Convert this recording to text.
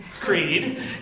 Creed